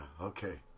Okay